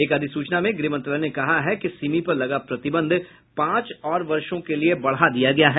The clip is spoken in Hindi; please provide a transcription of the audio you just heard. एक अधिसूचना में गृहमंत्रालय ने कहा है कि सिमी पर लगा प्रतिबंध पांच और वर्षों के लिए बढ़ा दिया गया है